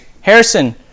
Harrison